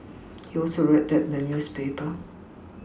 he also read that in the newspaper